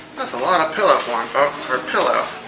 that's a lot of pillow form folks for a pillow.